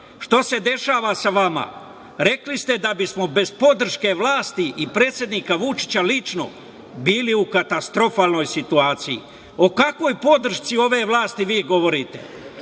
što se dešava sa vama, rekli ste da bismo bez podrške vlasti i predsednika Vučića lično bili u katastrofalnoj situaciji. O kakvoj podršci ove vlasti vi govorite?